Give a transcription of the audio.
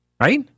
Right